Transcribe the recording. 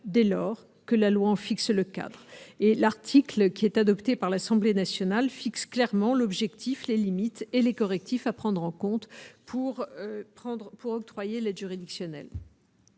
dès lors que la loi en fixe le cap et l'article qui est adopté par l'Assemblée nationale fixe clairement l'objectif : les limites et les correctifs à prendre en compte pour prendre pour octroyer l'aide juridictionnelle.